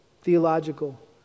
theological